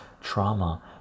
trauma